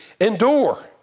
endure